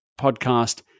podcast